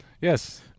Yes